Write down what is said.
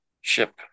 ship